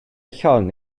llong